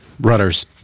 Rudders